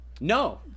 No